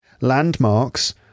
Landmarks